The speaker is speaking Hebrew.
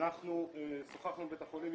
אנחנו שוחחנו עם בית החולים.